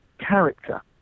Character